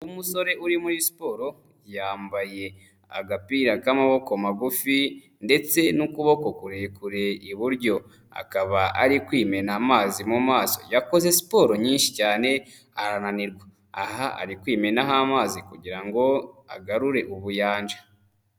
Umusore uri muri siporo yambaye agapira k'amaboko magufi ndetse n'ukuboko kurekure iburyo, akaba ari kwimena amazi mu maso yakoze siporo nyinshi cyane arananirwa, aha ari kwimenaho amazi kugira ngo agarure ubuyanja.